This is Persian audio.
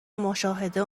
مشاهده